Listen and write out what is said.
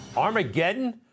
Armageddon